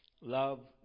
Love